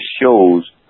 shows